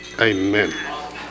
Amen